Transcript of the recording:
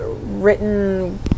written